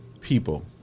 people